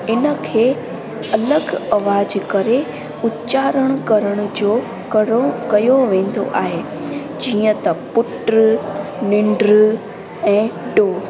इनखे अलॻि आवाज़ करे उच्चारण करण जो करो कयो वेंदो आहे जीअं त पुटु निंड ऐं टो